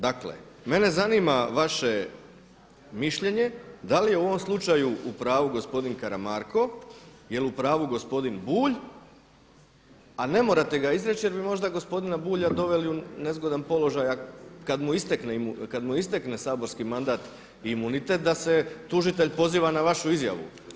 Dakle mene zanima vaše mišljenje da li je u ovom slučaju u pravu gospodin Karamarko jel u pravu gospodin Bulj, a ne morate ga izreći jer bi možda gospodina Bulja doveli u nezgodan položaj kada mu istekne saborski mandat i imunitet da se tužitelj poziva na vašu izjavu.